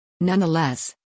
Nonetheless